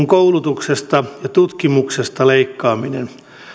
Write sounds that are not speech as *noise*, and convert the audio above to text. *unintelligible* koulutuksesta ja tutkimuksesta leikkaaminen